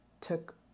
took